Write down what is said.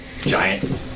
giant